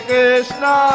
Krishna